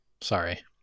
sorry